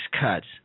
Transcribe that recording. cuts